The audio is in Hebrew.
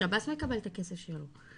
שב"ס מקבל את הכסף שלו,